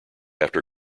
after